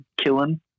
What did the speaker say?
killing